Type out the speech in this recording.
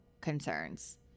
concerns